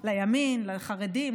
לחרדים,